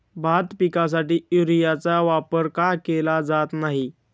भात पिकासाठी युरियाचा वापर का केला जात नाही?